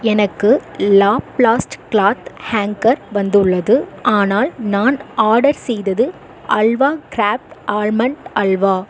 எனக்கு Laplast cloth hanger வந்துள்ளது ஆனால் நான் ஆர்டர் செய்தது அல்வா கிராஃப்ட் ஆல்மண்ட் அல்வா